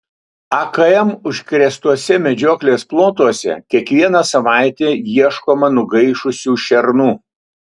akm užkrėstuose medžioklės plotuose kiekvieną savaitę ieškoma nugaišusių šernų